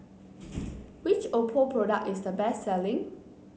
which Oppo product is the best selling